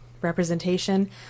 representation